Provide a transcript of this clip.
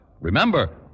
Remember